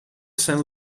saint